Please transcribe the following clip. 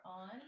on